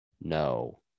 no